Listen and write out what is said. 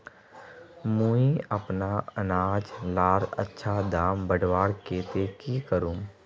मुई अपना अनाज लार अच्छा दाम बढ़वार केते की करूम?